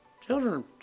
children